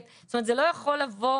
זאת אומרת, זה לא יכול לבוא